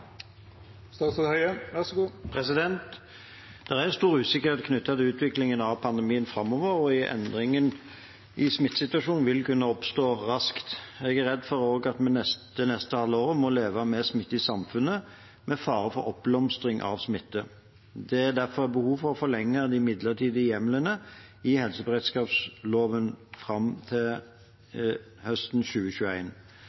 stor usikkerhet knyttet til utviklingen av pandemien framover, og en endring i smittesituasjonen vil kunne oppstå raskt. Jeg er også redd for at vi det neste halve året må leve med smitte i samfunnet, med fare for oppblomstring av smitte. Det er derfor behov for å forlenge de midlertidige hjemlene i helseberedskapsloven fram til